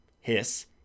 hiss